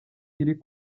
iri